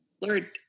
Lord